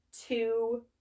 two